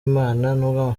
amafaranga